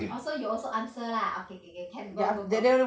oh so you also answer lah oh okay okay okay can go go go